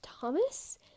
Thomas